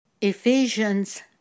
Ephesians